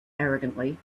arrogantly